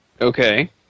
Okay